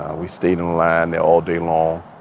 ah we stayed in line all day long,